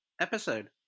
episode